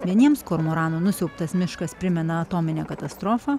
vieniems kormoranų nusiaubtas miškas primena atominę katastrofą